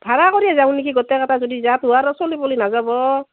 ভাড়া কৰিয়ে যাওঁ নেকি গোটেইকেইটা যদি যাওঁ তোহাৰো চলি পলি নাযাব